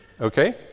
Okay